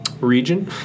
Region